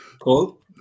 cool